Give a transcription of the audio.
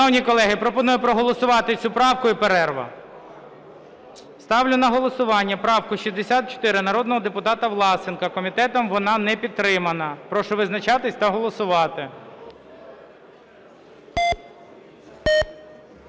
Шановні колеги, пропоную проголосувати цю правку і перерва. Ставлю на голосування правку 64 народного депутата Власенка. Комітетом вона не підтримана. Прошу визначатись та голосувати.